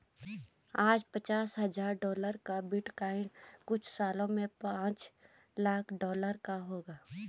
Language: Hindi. आज पचास हजार डॉलर का बिटकॉइन कुछ सालों में पांच लाख डॉलर का होगा